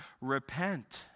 Repent